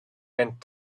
mint